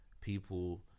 people